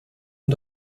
und